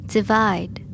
Divide